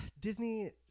Disney